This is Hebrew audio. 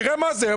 תראה מה זה,